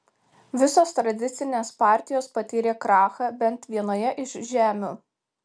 visos tradicinės partijos patyrė krachą bent vienoje iš žemių